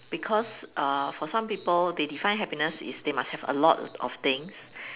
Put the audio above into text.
because uh for some people they define happiness is they must have a lot of things